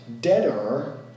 debtor